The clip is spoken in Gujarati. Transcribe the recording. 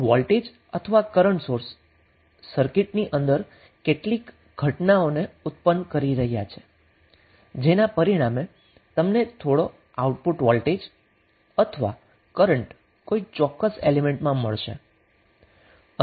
વોલ્ટેજ અથવા કરન્ટ સોંર્સ સર્કિટ ની અંદર કેટલીક ઘટનાઓ ઉત્પન્ન કરી રહ્યા છે જેના પરિણામે તમને થોડો આઉટપુટ વોલ્ટેજ અથવા કરન્ટ કોઈ ચોક્કસ એલિમેન્ટમાં મળશે